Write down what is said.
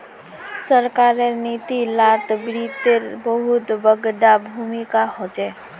सरकारेर नीती लात वित्तेर बहुत बडका भूमीका होचे